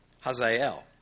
Hazael